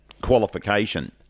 qualification